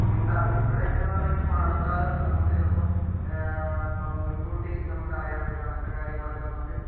ഉണ്ടാവില്ല ഇവിടേക്കേന്ന് പറഞ്ഞ് കഴിഞ്ഞാൽ മഴക്കാലം നമുക്ക് ചിലപ്പം ഇപ്പം മുൻകൂട്ടി നമുക്കറിയാൻ പറ്റും അങ്ങനത്തെ കാര്യങ്ങളൊക്കെ നമുക്ക്